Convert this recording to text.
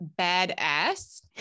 badass